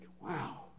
Wow